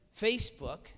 Facebook